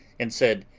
and said,